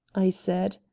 i said.